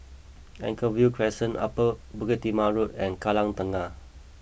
Anchorvale Crescent Upper Bukit Timah Road and Kallang Tengah